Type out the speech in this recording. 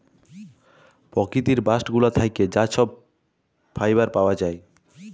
পকিতির বাস্ট গুলা থ্যাকে যা ছব ফাইবার পাউয়া যায়